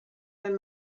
wenn